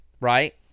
right